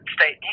state